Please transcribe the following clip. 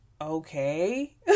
okay